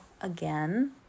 again